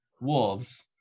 Wolves